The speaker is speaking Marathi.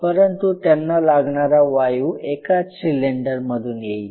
परंतु त्यांना लागणारा वायु एकाच सिलेंडर मधून येईल